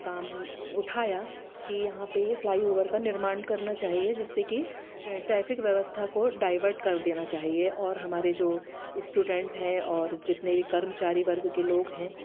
काम उठाया कि यहाँ पे फ़्लाई ओवर का निर्माण करना चाहिए जिससे कि ट्रैफ़िक व्यवस्था को डाइवर्ट कर देना चाहिए और हमारे जो इस्टूडेंट हैं और जितने भी कर्मचारी वर्ग के लोग हैं